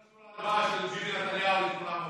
אישור ההלוואה של ביבי נתניהו ל-800 מיליון.